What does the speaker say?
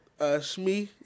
Shmi